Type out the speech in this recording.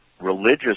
religious